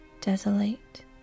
desolate